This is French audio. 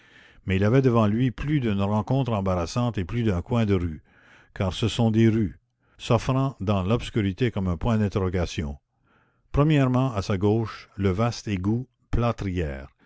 mais il avait devant lui plus d'une rencontre embarrassante et plus d'un coin de rue car ce sont des rues soffrant dans l'obscurité comme un point d'interrogation premièrement à sa gauche le vaste égout plâtrière